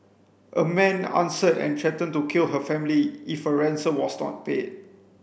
a man answered and threatened to kill her family if a ransom was not paid